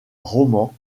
roman